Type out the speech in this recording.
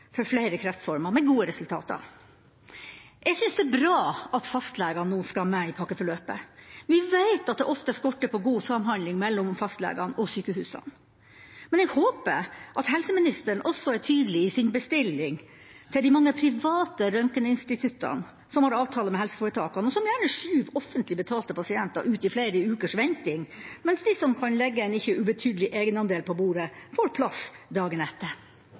for flere kreftformer, med gode resultater. Jeg syns det er bra at fastlegene nå skal med i pakkeforløpet. Vi veit at det ofte skorter på god samhandling mellom fastlegene og sykehusene. Men jeg håper at helseministeren også er tydelig i sin bestilling til de mange private røntgeninstituttene som har avtale med helseforetakene, og som gjerne skyver offentlig henviste pasienter ut i flere ukers venting, mens de som kan legge en ikke ubetydelig egenandel på bordet, får plass